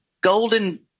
golden